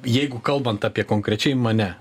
jeigu kalbant apie konkrečiai mane